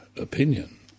opinion